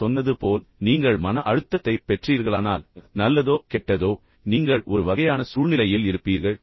நான் சொன்னது போல் நீங்கள் மன அழுத்தத்தைப் பெற்றீர்களானால் நல்லதோ கெட்டதோ நீங்கள் ஒரு வகையான சூழ்நிலையில் இருப்பீர்கள்